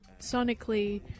sonically